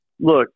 look